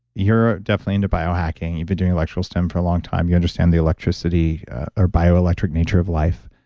you're definitely into biohacking, you've been doing electrical stim for a long time, you understand the electricity or bioelectric nature of life.